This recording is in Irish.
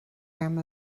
orm